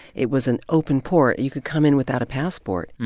it was an open port. you could come in without a passport.